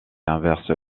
inverse